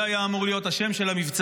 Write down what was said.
זה היה אמור להיות השם של המבצע,